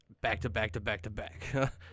back-to-back-to-back-to-back